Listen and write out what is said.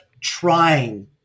trying